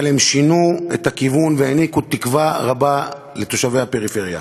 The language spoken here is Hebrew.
אבל הם שינו את הכיוון והעניקו תקווה רבה לתושבי הפריפריה.